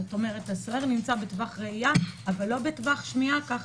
כלומר הסוהר נמצא בטווח ראייה אבל לא בטווח שמיעה כך